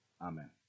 Amen